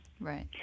Right